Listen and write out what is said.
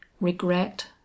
regret